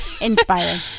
inspiring